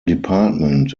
department